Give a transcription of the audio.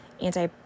anti-